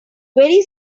very